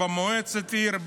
במועצת העיר,